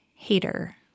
hater